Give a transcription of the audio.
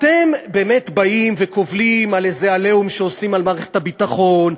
אתם באים וקובלים על איזה "עליהום" שעושים על מערכת הביטחון,